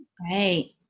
Right